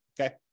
okay